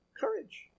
Courage